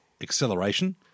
acceleration